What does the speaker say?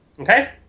Okay